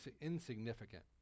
insignificant